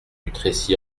dutrécy